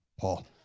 Paul